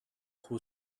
who